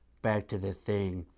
back to the thing.